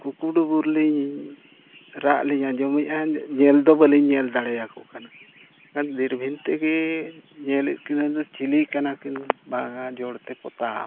ᱠᱩᱠᱩᱰᱩᱵᱩᱨ ᱞᱤᱧ ᱨᱟᱜ ᱞᱤᱧ ᱟᱸᱡᱚᱢᱮᱜᱼᱟ ᱧᱮᱞ ᱫᱚ ᱵᱟᱹᱞᱤᱧ ᱧᱮᱞ ᱫᱟᱲᱮᱭᱟ ᱠᱚ ᱠᱟᱱᱟ ᱚᱱᱟ ᱫᱩᱨᱵᱤᱱ ᱛᱮᱜᱮ ᱧᱮᱞᱮᱫ ᱠᱤᱱᱟᱹᱧ ᱫᱚ ᱪᱤᱞᱤ ᱠᱟᱱᱟ ᱠᱤᱱ ᱵᱟᱝᱟ ᱡᱚᱲᱛᱮ ᱯᱚᱛᱟᱢ